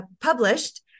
published